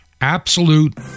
Absolute